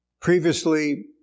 Previously